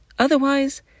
Otherwise